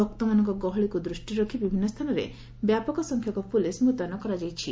ଭକ୍ତମାନଙ୍କ ଗହଳିକୁ ଦୃଷ୍ଟିରେ ରଖି ବିଭିନ୍ନ ସ୍ଚାନରେ ବ୍ୟାପକ ସଂଖ୍ୟକ ପୁଲିସ ମୃତୟନ କରାଯାଇଛି